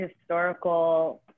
historical